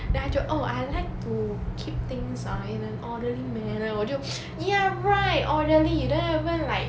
then 他就 oh I like to keep things ah in an orderly manner 我就 ya right orderly you don't even like